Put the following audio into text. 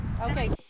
Okay